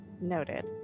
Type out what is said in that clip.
Noted